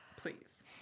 Please